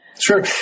Sure